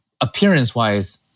appearance-wise